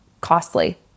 costly